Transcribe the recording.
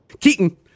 Keaton